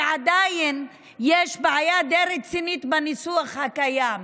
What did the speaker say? כי עדיין יש בעיה די רצינית בניסוח הקיים.